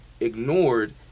ignored